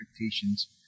expectations